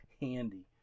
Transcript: handy